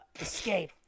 escape